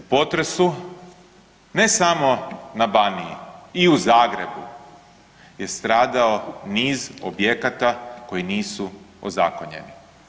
U potresu ne samo na Baniji i u Zagrebu je stradao niz objekata koji nisu ozakonjeni.